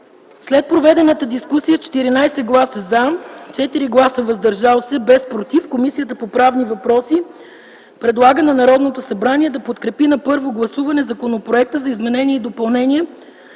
След проведената дискусия с 14 гласа „за” и 4 гласа „въздържал се”, без „против” Комисията по правни въпроси предлага на Народното събрание да подкрепи на първо гласуване Законопроект за изменение и допълнение